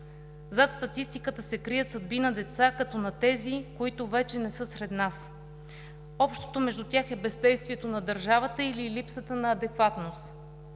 Зад статистиката се крият съдби на деца като на тези, които вече не са сред нас. Общото между тях е бездействието на държавата или липсата на адекватност.